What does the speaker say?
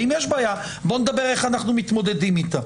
אם יש בעיה בואו נדבר על איך אנחנו מתמודדים איתה.